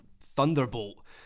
thunderbolt